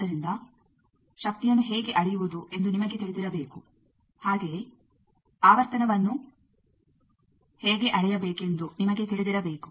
ಆದ್ದರಿಂದ ಶಕ್ತಿಯನ್ನು ಹೇಗೆ ಅಳೆಯುವುದು ಎಂದು ನಿಮಗೆ ತಿಳಿದಿರಬೇಕು ಹಾಗೆಯೇ ಆವರ್ತನವನ್ನು ಹೇಗೆ ಅಳೆಯಬೇಕೆಂದು ನಿಮಗೆ ತಿಳಿದಿರಬೇಕು